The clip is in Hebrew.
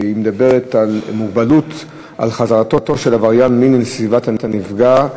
שמדברת על מגבלות על חזרתו של עבריין מין לסביבת הנפגע,